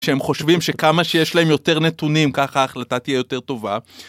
שהם חושבים שכמה שיש להם יותר נתונים, ככה ההחלטה תהיה יותר טובה.